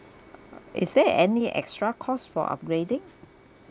is there any extra cost for upgrading